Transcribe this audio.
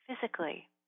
physically